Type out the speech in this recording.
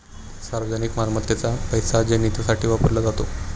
सार्वजनिक मालमत्तेचा पैसा जनहितासाठी वापरला जातो